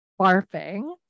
barfing